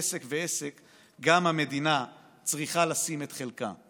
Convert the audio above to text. עסק ועסק גם המדינה צריכה לשים את חלקה.